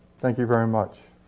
thank you very much.